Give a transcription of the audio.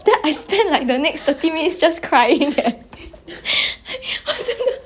我已经 traumatize 了 then 我以后不会去 halloween horror nights have you gone before like halloween horror night